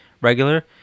regular